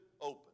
open